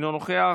אינו נוכח,